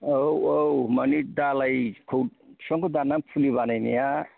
औ औ माने दालायखौ बिफांखौ दाननानै फुलि बानायनाया